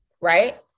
right